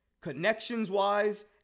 Connections-wise